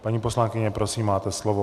Paní poslankyně, prosím, máte slovo.